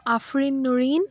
Afrin Nurin